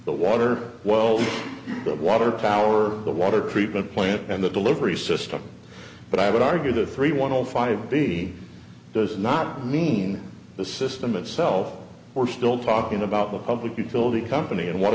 the water wells the water power the water treatment plant and the delivery system but i would argue that three one hundred five b does not mean the system itself we're still talking about the public utility company and what